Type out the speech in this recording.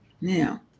Now